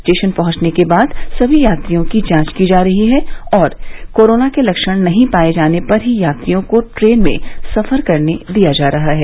station पहंचने के बाद सभी यात्रियों की जांच की जा रही है और कोरोना के लक्षण नहीं पाये जाने पर ही यात्रियों को ट्रेन में सफर करने दिया जा रहा है